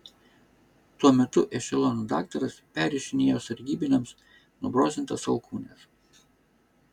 tuo metu ešelono daktaras perrišinėjo sargybiniams nubrozdintas alkūnes